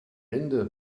ende